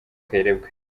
kayirebwa